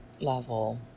level